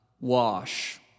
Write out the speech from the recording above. wash